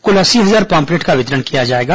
कुल अस्सी हजार पॉम्पलेट का वितरण किया जाएगा